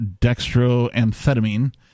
dextroamphetamine